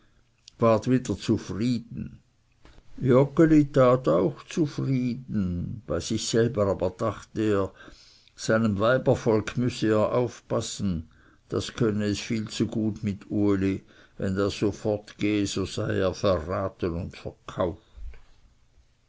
ward wieder zufrieden joggeli tat auch zufrieden bei sich selbst aber dachte er seinem weibervolk müsse er aufpassen das könne es viel zu gut mit uli wenn das so fortgehe so sei er verraten und verkauft